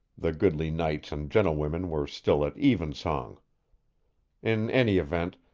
the goodly knights and gentlewomen were still at evensong. in any event,